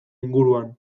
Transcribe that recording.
inguruan